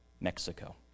Mexico